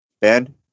Ben